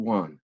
one